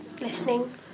listening